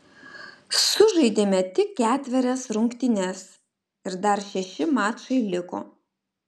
sužaidėme tik ketverias rungtynes ir dar šeši mačai liko